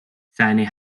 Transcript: seine